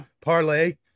parlay